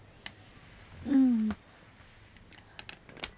mm